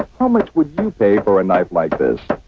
how much would you pay for a night like this.